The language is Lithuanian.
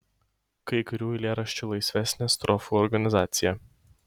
kai kurių eilėraščių laisvesnė strofų organizacija